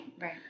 Right